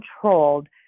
controlled